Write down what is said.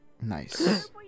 Nice